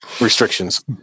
restrictions